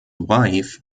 wife